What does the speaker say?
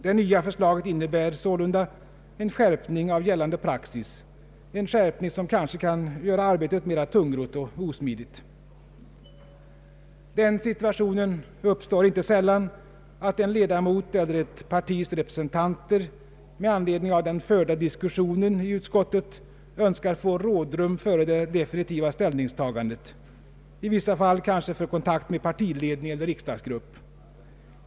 Det nya förslaget innebär sålunda en skärpning av gällande praxis, en skärpning som kanske kan göra arbetet mera tungrott och osmidigt. Den situationen uppstår inte sällan, att en ledamot eller ett partis representanter med anledning av den diskussion som förts i utskottet önskar få rådrum före det definitiva ställningstagandet — i vissa fall kanske för kontakt med partiledning eller riksdagsgrupp.